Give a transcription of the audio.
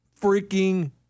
freaking